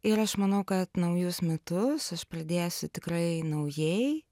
ir aš manau kad naujus metus aš pradėsiu tikrai naujai